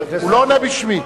הוא לא עונה בשמי.